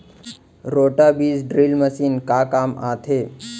Roto बीज drill machine का काम आथे?